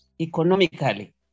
economically